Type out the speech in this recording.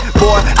boy